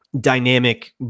dynamic